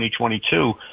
2022